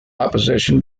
opposition